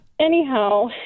anyhow